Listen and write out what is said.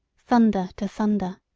thunder to thunder.